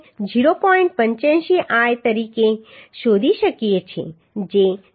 85l તરીકે શોધી શકીએ છીએ જે 0